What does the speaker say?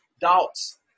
doubts